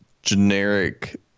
Generic